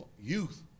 youth